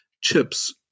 chips